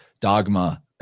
dogma